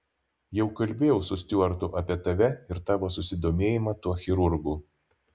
jau kalbėjau su stiuartu apie tave ir tavo susidomėjimą tuo chirurgu